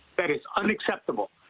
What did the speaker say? that is unacceptable.